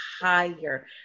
higher